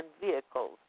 vehicles